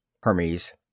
Hermes